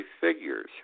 figures